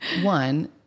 one